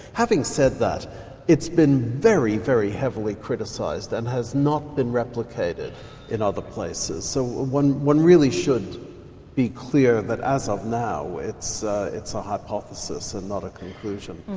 having said that it's been very, very heavily criticised and has not been replicated in other places, so one one really should be clear that as of now it's a ah hypothesis and not a conclusion.